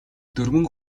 дөрвөн